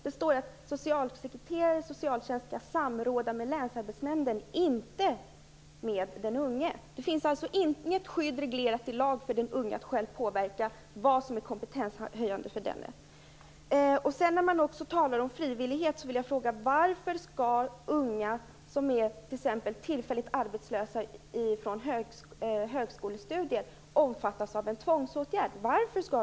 Det står att socialsekreterare och socialtjänst skall samråda med länsarbetsnämnden, inte med den unge. Det finns inget lagreglerat skydd för den unge som innebär en möjlighet att själv påverka vad som skall anses vara kompetenshöjande. Det talas om frivillighet. Men varför skall unga som t.ex. är tillfälligt arbetslösa vid högskolestudier omfattas av en tvångsåtgärd?